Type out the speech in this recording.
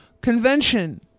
Convention